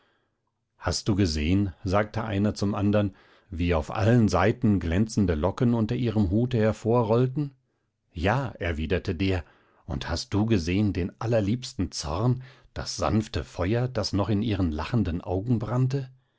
hast du gesehen sagte einer zum andern wie auf allen seiten glänzende locken unter ihrem hute hervorrollten ja erwiderte der und hast du gesehen den allerliebsten zorn das sanfte feuer das noch in ihren lachenden augen brannte